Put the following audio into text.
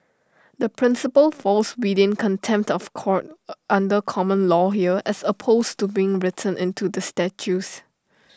the principle falls within contempt of court under common law here as opposed to being written into the statutes